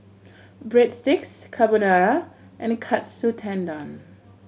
Breadsticks Carbonara and Katsu Tendon